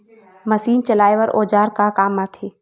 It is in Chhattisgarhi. मशीन चलाए बर औजार का काम आथे?